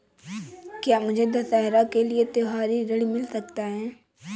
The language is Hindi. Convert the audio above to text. क्या मुझे दशहरा के लिए त्योहारी ऋण मिल सकता है?